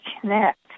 connect